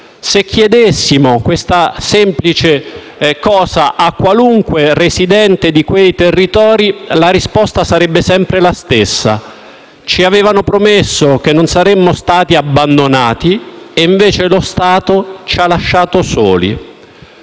Se facessimo questa semplice domanda a qualunque residente di quei territori la risposta sarebbe sempre la stessa: ci avevano promesso che non saremmo stati abbandonati e invece lo Stato ci ha lasciato soli.